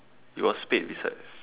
it was spade beside